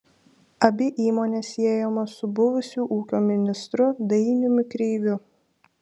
abi įmonės siejamos su buvusiu ūkio ministru dainiumi kreiviu